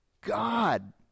God